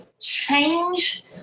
change